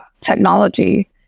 technology